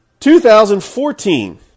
2014